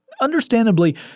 Understandably